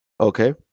Okay